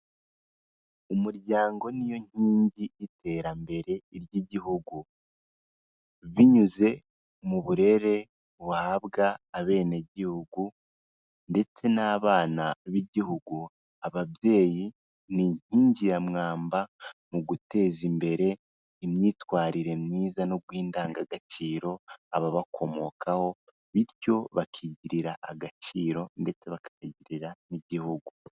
Umuryango ni yo nkingi y'iteramberer ry'igihugu, binyuze mu burere buhabwa abenegihugu ndetse n'abana b'igihugu, ababyeyi ni inkingi ya mwamba mu guteza imbere imyitwarire myiza no guha indangagaciro ababakomokaho, bityo bakigirira agaciro ndetse bakagirira n'igihugu.